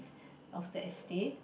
of the estate